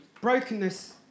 brokenness